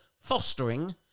fostering